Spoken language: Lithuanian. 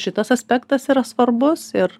šitas aspektas yra svarbus ir